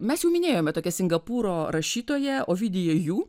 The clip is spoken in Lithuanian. mes jau minėjome tokią singapūro rašytoją ovidiją jų